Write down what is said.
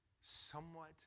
somewhat